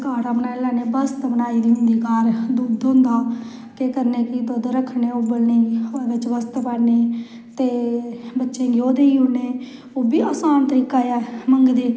ते रस्सगुल्ले बगैरा ते कोई कोई ते फ्रूट बी लेंदे फरूट्टियां लेंदियां ते कन्नै बड़ा कुश मिलदा लेनै बास्तै